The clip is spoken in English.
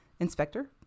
Inspector